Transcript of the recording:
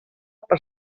per